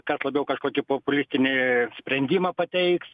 kas labiau kažkokį populistinį sprendimą pateiks